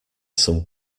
some